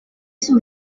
sus